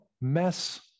mess